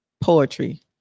poetry